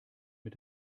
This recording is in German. mit